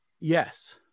yes